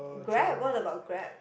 grab what about grab